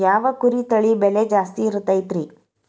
ಯಾವ ಕುರಿ ತಳಿ ಬೆಲೆ ಜಾಸ್ತಿ ಇರತೈತ್ರಿ?